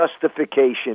justification